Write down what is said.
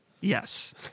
Yes